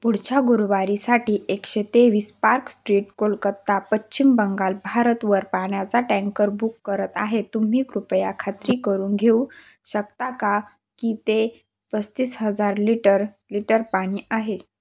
पुढच्या गुरुवारसाठी एकशे तेवीस पार्क स्ट्रीट कोलकत्ता पश्चिम बंगाल भारतवर पाण्याचा टँकर बुक करत आहे तुम्ही कृपया खात्री करून घेऊ शकता का की ते पस्तीस हजार लिटर लिटर पाणी आहे